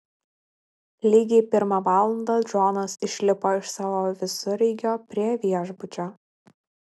lygiai pirmą valandą džonas išlipo iš savo visureigio prie viešbučio